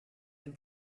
dem